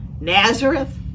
Nazareth